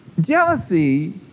Jealousy